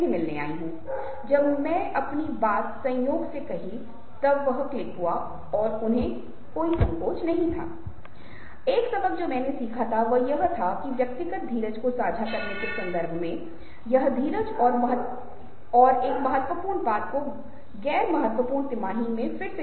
अपने निजी जीवन में आप ऐसा नहीं करते क्योंकि आप खुद को अभिव्यक्त कर रहे हैं लेकिन सामाजिक अंतरिक्ष में आप उन्हें नियंत्रित करते हैं और यही वह जगह है जहां सूक्ष्म अभिव्यक्तियां उभरती हैं